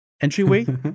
entryway